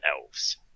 elves